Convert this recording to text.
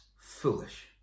foolish